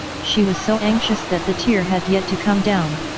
she was so anxious that the tear had yet to come down.